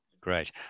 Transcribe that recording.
Great